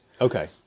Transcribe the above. Okay